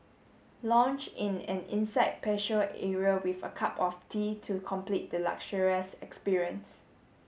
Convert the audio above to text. lounge in an inside patio area with a cup of tea to complete the luxurious experience